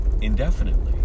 indefinitely